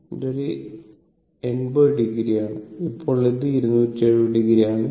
ഇത് ഒരു 80o ആണ് അപ്പോൾ ഇത് 270 o ആണ്